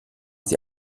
sie